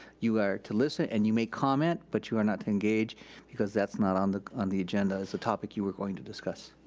you are to listen and you may comment, but you are not to engage because that's not on the on the agenda as a topic that you were going to discuss.